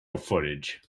footage